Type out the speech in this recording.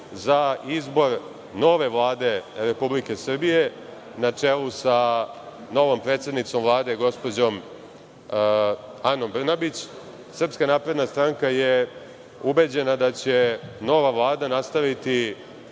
za izbor nove Vlade Republike Srbije na čelu sa novom predsednicom Vlade, gospođom Anom Brnabić. Srpska napredna stranka je ubeđena da će nova Vlada nastaviti